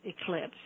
eclipse